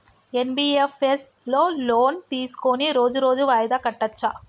NBFS లో loan తీస్కొని రోజు రోజు వాయిదా కట్టచ్ఛా?